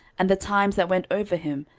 and the times that went over him,